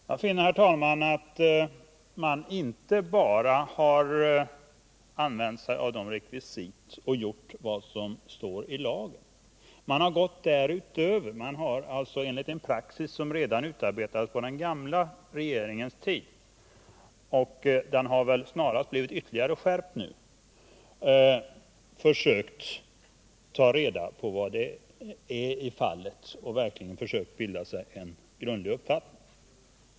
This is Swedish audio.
Jag finner, herr talman, att man inte bara har använt sig av de rekvisit som står i lagen. Man har gått därutöver. Man har enligt en praxis som utarbetades redan på den gamla regeringens tid — och den har väl snarast blivit ytterligare skärpt nu — försökt ta reda på vad som skett i fallet och verkligen försökt bilda sig en grundad uppfattning.